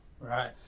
Right